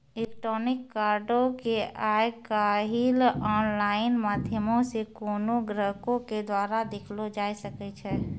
electronic कार्डो के आइ काल्हि आनलाइन माध्यमो से कोनो ग्राहको के द्वारा देखलो जाय सकै छै